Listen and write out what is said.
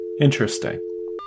Interesting